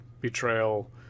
betrayal